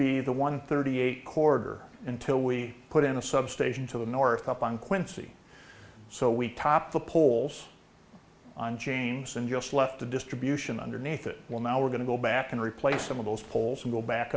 be the one thirty eight corridor until we put in a substation to the north up on quincy so we topped the poles on chains and just left a distribution underneath it well now we're going to go back and replace some of those polls and go back